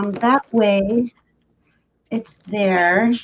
that way it's there